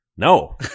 No